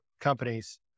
companies